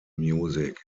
music